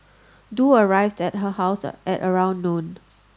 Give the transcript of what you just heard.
Du arrived at her house at around noon